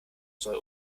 soll